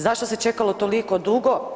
Zašto se čekalo toliko dugo?